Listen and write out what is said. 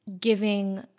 giving